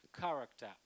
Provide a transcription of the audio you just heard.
Character